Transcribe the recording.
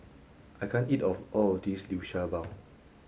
I can't eat all of this Liu Sha Bao